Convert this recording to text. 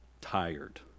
tired